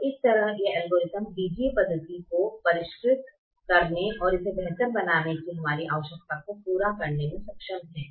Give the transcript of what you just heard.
तो इस तरह यह एल्गोरिथ्म बीजीय पद्धति को परिष्कृत करने और इसे बेहतर बनाने की हमारी आवश्यकता को पूरा करने में सक्षम है